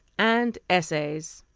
and essays